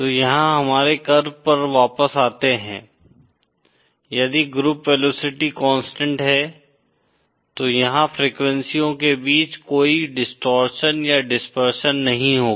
तो यहां हमारे कर्व पर वापस आते है यदि ग्रुप वेलोसिटी कांस्टेंट है तो यहां फ्रीक्वेंसीयों के बीच कोई डिस्टॉरशन या डिस्पर्सन नहीं होगा